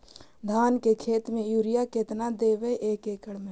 धान के खेत में युरिया केतना देबै एक एकड़ में?